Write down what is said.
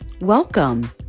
welcome